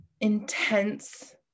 intense